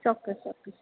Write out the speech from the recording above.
ચોક્કસ ચોક્કસ